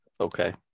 Okay